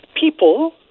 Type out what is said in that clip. People